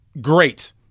great